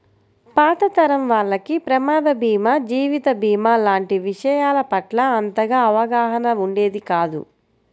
పాత తరం వాళ్లకి ప్రమాద భీమా, జీవిత భీమా లాంటి విషయాల పట్ల అంతగా అవగాహన ఉండేది కాదు